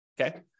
okay